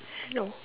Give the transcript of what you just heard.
no